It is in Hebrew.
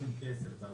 סכום כסף.